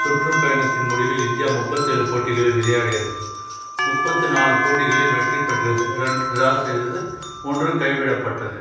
சுற்றுப்பயணத்தின் முடிவில் இந்தியா முப்பத்தேழு போட்டிகளில் விளையாடியது முப்பத்திநாலு போட்டிகளில் வெற்றி பெற்றது ரெண்டு டிரா செய்தது ஒன்று கைவிடப்பட்டது